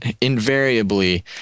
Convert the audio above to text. invariably